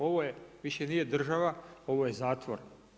Ovo je, više nije država, ovo je zatvor.